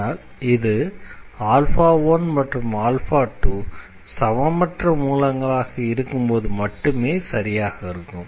ஆனால் இது 1 மற்றும் 2 சமமற்ற மூலங்களாக இருக்கும் போது மட்டுமே சரியாக இருக்கும்